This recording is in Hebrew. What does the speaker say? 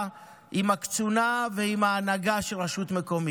עם הקצונה ועם ההנהגה של רשות מקומית,